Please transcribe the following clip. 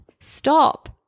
Stop